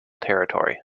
territory